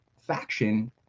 faction